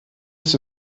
ist